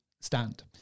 stand